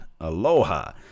aloha